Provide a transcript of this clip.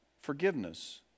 forgiveness